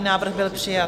Návrh byl přijat.